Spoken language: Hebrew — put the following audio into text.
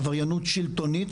עבריינות שלטונית,